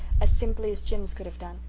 as simply as jims could have done,